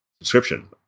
subscription